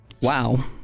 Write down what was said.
Wow